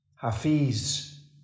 Hafiz